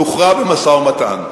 תוכרע במשא-ומתן.